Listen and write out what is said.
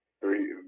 three